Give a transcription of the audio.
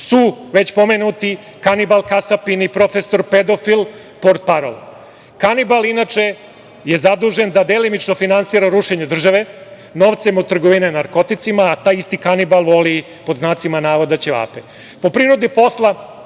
su već pomenuti kanibal, kasapin i profesor pedofil portparol. Kanibal, inače, je zadužen da delimično finansira rušenje države novcem od trgovine narkoticima, a taj isti kanibal voli „ćevape“.Po prirodi posla,